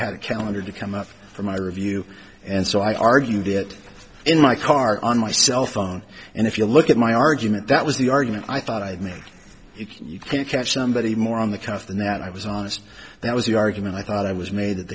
had a calendar to come up for my review and so i argued it in my car on my cell phone and if you look at my argument that was the argument i thought i had made you can't catch somebody more on the cuff than that i was honest that was the argument i thought i was made